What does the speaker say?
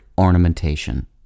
ornamentation